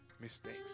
mistakes